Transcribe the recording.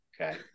okay